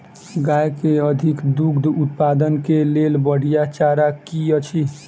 गाय केँ अधिक दुग्ध उत्पादन केँ लेल बढ़िया चारा की अछि?